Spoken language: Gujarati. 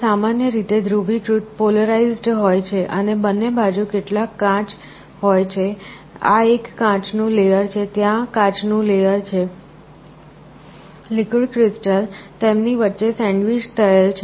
તે સામાન્ય રીતે ધ્રુવીકૃત હોય છે અને બંને બાજુ કેટલાક કાંચ હોય છે આ એક કાંચ નું લેયર છે ત્યાં કાંચ નું લેયર છે લિક્વિડ ક્રિસ્ટલ તેમની વચ્ચે સેન્ડવીચ થયેલ છે